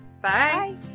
Bye